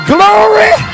Glory